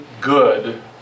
good